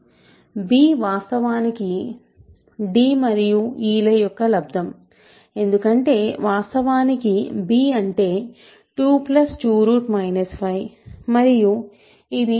b వాస్తవానికి d మరియు e ల యొక్క లబ్దం ఎందుకంటే వాస్తవానికి b అంటే 22 5 మరియు ఇది de ల లబ్దానికి సమానం